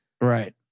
Right